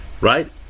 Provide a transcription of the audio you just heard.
Right